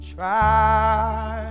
Try